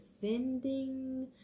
defending